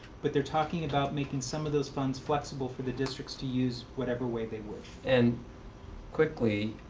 but they're talking about making some of those funds flexible for the districts to use whatever way they wish. and quickly,